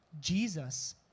Jesus